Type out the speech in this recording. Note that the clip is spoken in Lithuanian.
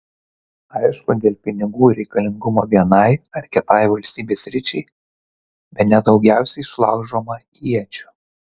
aišku dėl pinigų reikalingumo vienai ar kitai valstybės sričiai bene daugiausiai sulaužoma iečių